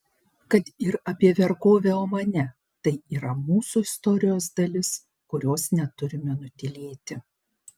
kad ir apie vergovę omane tai yra mūsų istorijos dalis kurios neturime nutylėti